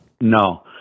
no